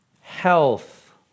health